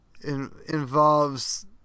involves